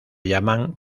llaman